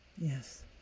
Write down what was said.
Yes